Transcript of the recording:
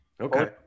Okay